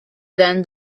than